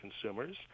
consumers